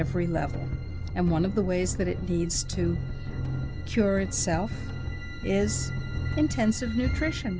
every level and one of the ways that it needs to cure itself is intensive nutrition